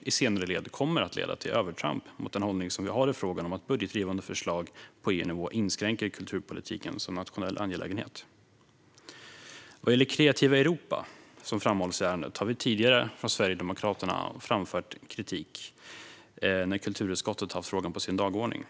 i senare led kommer att, om de genomförs, leda till övertramp mot den hållning vi har i frågan - att budgetdrivande förslag på EU-nivå inskränker kulturpolitiken som nationell angelägenhet. Vad gäller Kreativa Europa, som framhålls i ärendet, har vi från Sverigedemokraterna framfört kritik när kulturutskottet tidigare har haft frågan på sin dagordning.